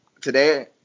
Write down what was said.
today